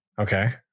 Okay